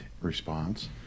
response